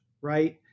right